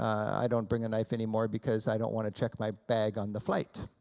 i don't bring a knife anymore because i don't want to check my bag on the flight.